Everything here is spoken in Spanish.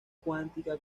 cuántica